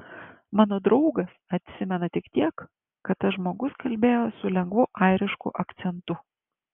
mano draugas atsimena tik tiek kad tas žmogus kalbėjo su lengvu airišku akcentu